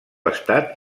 estat